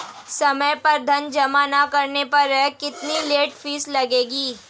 समय पर ऋण जमा न करने पर कितनी लेट फीस लगेगी?